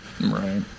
Right